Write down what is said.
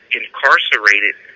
incarcerated